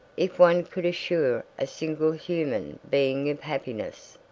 if one could assure a single human being of happiness!